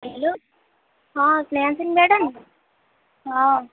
hello ହଁ Snehasini madam ହଁ